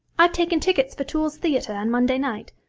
i've taken tickets for toole's theatre on monday night.